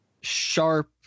sharp